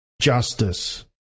justice